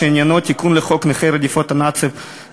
שעניינו תיקון לחוק נכי רדיפות הנאצים,